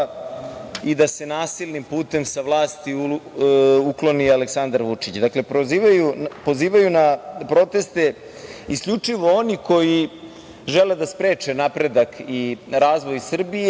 i da se nasilnim putem sa vlasti ukloni Aleksandar Vučić. Dakle, pozivaju na proteste isključivo oni koji žele da spreče napredak i razvoj Srbije. Mi